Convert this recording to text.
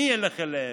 אני אלך אליהם,